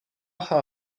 cha